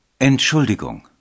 Entschuldigung